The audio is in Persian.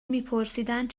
میپرسیدند